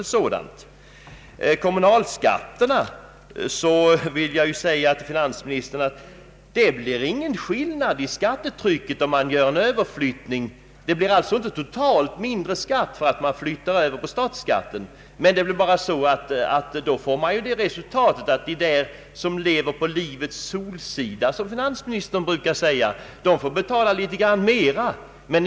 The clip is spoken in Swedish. Beträffande kommunalskatten vill jag säga att det inte blir någon skillnad i det totala skattetrycket om man gör en överflyttning till statsskatten. Men man når det resultatet att de som enligt finansministerns uttryckssätt lever på livets solsida får betala litet mera.